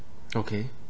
okay